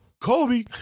Kobe